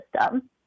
system